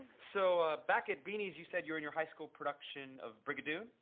so ah back at beanies you said you're in your high school production of brigadoon?